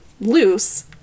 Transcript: loose